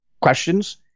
questions